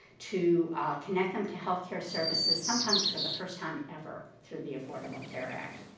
to connect them to health care services, sometimes for the first time ever, through the affordable care act.